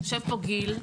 יושג כאן גיל.